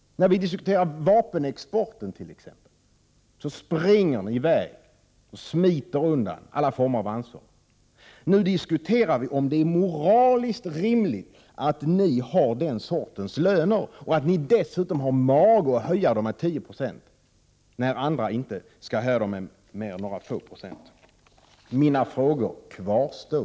När vi diskuterar t.ex. vapenexporten springer nii väg och smiter undan alla former av ansvar. Nu diskuterar vi om det är moraliskt rimligt att ni har dessa löner och att ni dessutom har mage att höja dem med 10 96 när andra inte skall ha mer än några få procent. Mina frågor kvarstår.